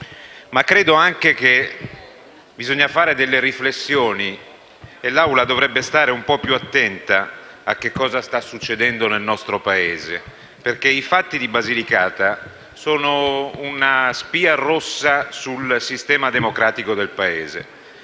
ma credo anche che occorra fare delle riflessioni e l'Assemblea dovrebbe stare un po' più attenta a ciò che sta succedendo nel nostro Paese. I fatti della Basilicata, infatti, sono una spia rossa sul sistema democratico del Paese.